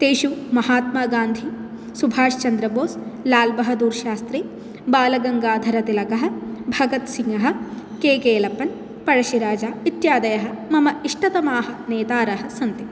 तेषु महात्मागान्धी सुभाष्चन्द्रबोस् लालबहादुर्शास्त्री बालगङ्गाधरतिलकः भगत्सिङ्ग के केलप्पन् पयशिराजा इत्यादयः मम इष्टतमाः नेतारः सन्ति